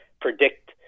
predict